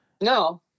No